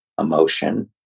emotion